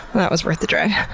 that was worth the drive!